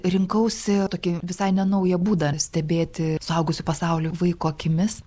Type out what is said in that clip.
rinkausi tokį visai nenaują būdą stebėti suaugusių pasaulį vaiko akimis